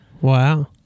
Wow